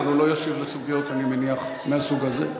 אבל הוא לא ישיב על סוגיות מהסוג הזה,